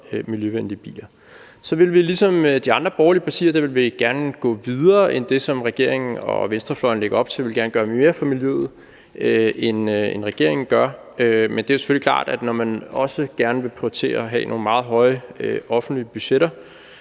miljøvenlige biler. Så vil vi ligesom de andre borgerlige partier gerne gå videre end det, som regeringen og venstrefløjen lægger op til – vi vil gerne gøre mere for miljøet, end regeringen gør. Men det er selvfølgelig klart, at når man også gerne vil prioritere at have nogle meget høje offentlige budgetter,